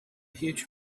huge